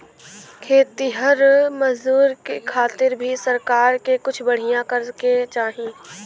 खेतिहर मजदूर के खातिर भी सरकार के कुछ बढ़िया करे के चाही